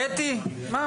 קטי, מה?